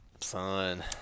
Son